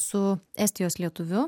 su estijos lietuviu